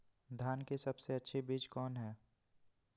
धान की सबसे अच्छा बीज कौन है?